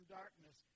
darkness